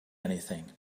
anything